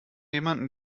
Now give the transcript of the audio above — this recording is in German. jemanden